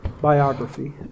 biography